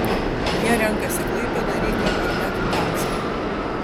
jie renkasi klaipėdą rygą ar net gdanską